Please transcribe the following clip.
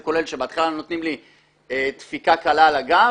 זה כולל שבהתחלה היו נותנים לי דפיקה קלה על הגב,